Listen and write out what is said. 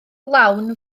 lawn